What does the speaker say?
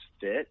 fit